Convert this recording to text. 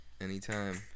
Anytime